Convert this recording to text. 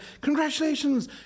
congratulations